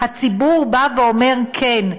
הציבור אומר: כן,